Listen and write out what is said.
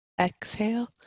Exhale